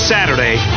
Saturday